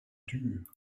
duur